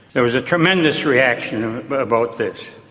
there was a tremendous reaction about this.